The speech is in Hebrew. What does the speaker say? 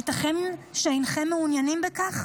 הייתכן שאינכם מעוניינים בכך?